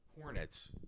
Hornets